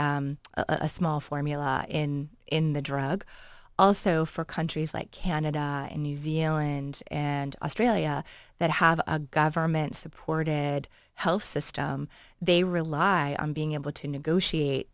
a small formula in in the drug also for countries like canada new zealand and australia that have a government supported health system they rely on being able to negotiate